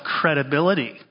credibility